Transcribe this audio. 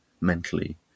mentally